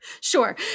Sure